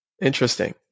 Interesting